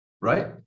right